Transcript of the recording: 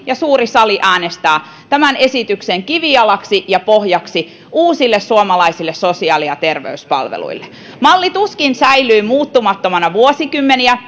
ja suuri sali äänestää tämän esityksen kivijalaksi ja pohjaksi uusille suomalaisille sosiaali ja terveyspalveluille malli tuskin säilyy muuttumattomana vuosikymmeniä